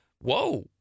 whoa